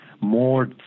more